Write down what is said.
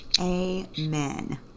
amen